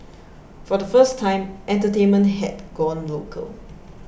for the first time entertainment had gone local